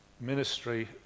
ministry